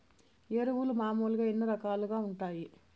ఎరువులు మామూలుగా ఎన్ని రకాలుగా వుంటాయి?